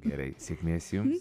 gerai sėkmės jums